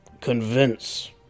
convince